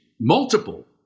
multiple